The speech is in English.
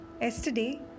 Yesterday